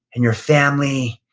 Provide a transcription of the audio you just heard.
and your family,